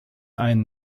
einen